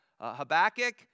Habakkuk